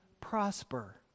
prosper